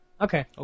Okay